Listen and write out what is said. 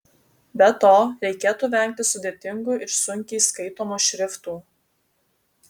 be to reikėtų vengti sudėtingų ir sunkiai skaitomų šriftų